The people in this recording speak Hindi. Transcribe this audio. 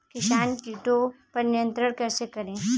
किसान कीटो पर नियंत्रण कैसे करें?